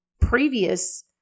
previous